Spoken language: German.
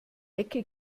ecke